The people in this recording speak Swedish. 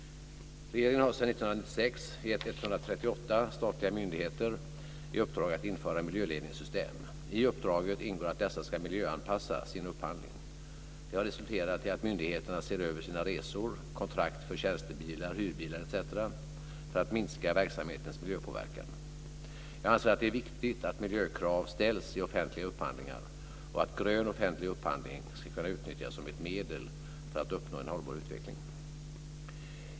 Regeringen har sedan 1996 gett 138 statliga myndigheter i uppdrag att införa miljöledningssystem. I uppdraget ingår att dessa ska miljöanpassa sin upphandling. Detta har resulterat i att myndigheterna ser över sina resor, kontrakt för tjänstebilar, hyrbilar etc. för att minska verksamhetens miljöpåverkan. Jag anser att det är viktigt att miljökrav ställs i offentliga upphandlingar och att "grön" offentlig upphandling ska kunna utnyttjas som ett medel för att uppnå en hållbar utveckling.